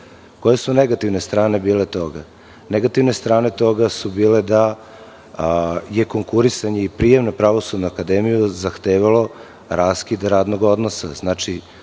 Koje su bile negativne strane? Negativne strane toga su bile da je konkurisanje i prijem na Pravosudnu akademiju zahtevalo raskid radnog odnosa.